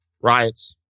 riots